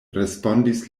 respondis